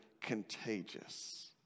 contagious